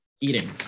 eating